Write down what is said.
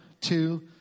two